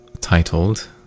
titled